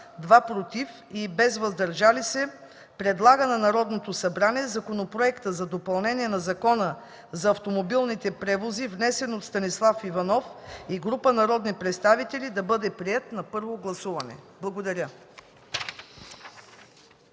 „против” и без „въздържали се” предлага на Народното събрание Законопроектът за допълнение на Закона за автомобилните превози, внесен от Станислав Иванов и група народни представители, да бъде приет на първо гласуване.” Благодаря.